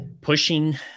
pushing